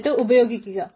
എന്നിട്ട് ഉപയോഗിക്കുക